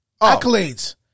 Accolades